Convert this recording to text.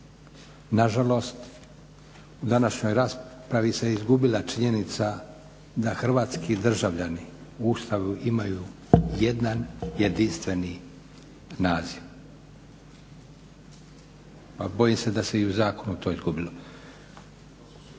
Nažalost, u današnjoj raspravi se izgubila činjenica da hrvatski državljani u Ustavu imaju jedan jedinstveni naziv. Pa bojim se da se i u zakonu to izgubilo.